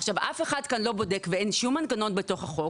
עכשיו אף אחד כאן לא בודק ואין שום מנגנון בתוך החוק